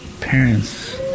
parents